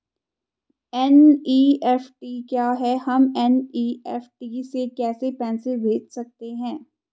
NEFT क्या है हम एन.ई.एफ.टी से कैसे पैसे भेज सकते हैं?